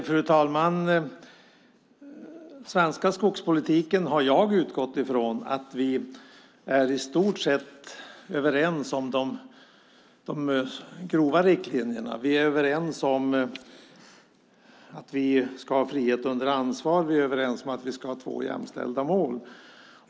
Fru talman! I den svenska skogspolitiken har jag utgått från att vi är i stort sett överens om de grova riktlinjerna. Vi är överens om att vi ska ha frihet under ansvar och att vi ska ha två jämställda mål.